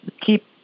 keep